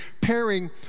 pairing